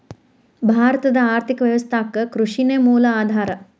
ಭಾರತದ್ ಆರ್ಥಿಕ ವ್ಯವಸ್ಥಾಕ್ಕ ಕೃಷಿ ನ ಮೂಲ ಆಧಾರಾ